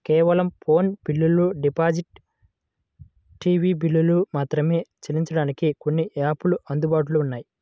కేవలం ఫోను బిల్లులు, digital TV బిల్లులు మాత్రమే చెల్లించడానికి కొన్ని యాపులు అందుబాటులో ఉన్నాయి